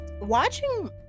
watching